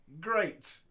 great